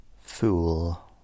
Fool